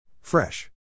Fresh